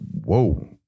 Whoa